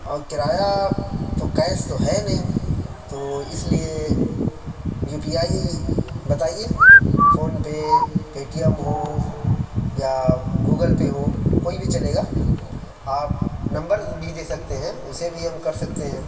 اور کرایہ تو کیش تو ہے نہیں تو اِس لیے یُو پی آئی بتائیے فونپے پے ٹی ایم ہو یا گوگل پے ہو کوئی بھی چلے گا آپ نمبر بھی دے سکتے ہیں اِسے بھی ہم کر سکتے ہیں